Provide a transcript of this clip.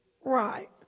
Right